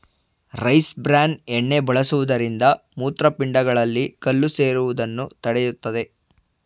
rice bran ಎಣ್ಣೆ ಬಳಸುವುದರಿಂದ ಮೂತ್ರಪಿಂಡಗಳಲ್ಲಿ ಕಲ್ಲು ಸೇರುವುದನ್ನು ತಡೆಯುತ್ತದೆ